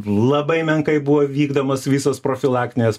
labai menkai buvo vykdomos visos profilaktinės